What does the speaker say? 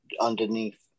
underneath